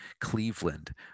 Cleveland